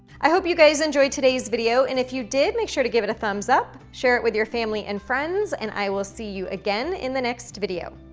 i hope you guys enjoyed today's video, and if you did make sure to give it a thumbs up, share it with your family and friends, and i will see you again in the next video.